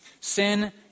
Sin